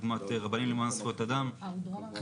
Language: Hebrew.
דוגמת רבנים למען זכויות אדם וכו'.